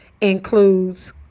includes